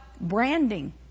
branding